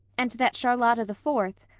and that charlotta the fourth,